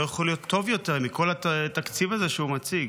לא יכול להיות טוב יותר מכל התקציב הזה שהוא מציג.